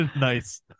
Nice